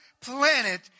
planet